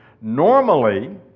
Normally